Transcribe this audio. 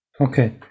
okay